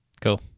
Cool